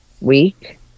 week